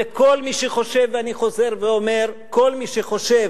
וכל מי שחושב, ואני חוזר ואומר, כל מי שחושב,